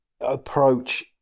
approach